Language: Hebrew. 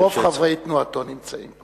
רוב חברי תנועתו נמצאים.